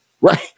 right